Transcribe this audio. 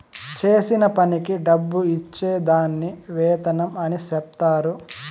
చేసిన పనికి డబ్బు ఇచ్చే దాన్ని వేతనం అని చెప్తారు